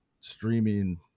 streaming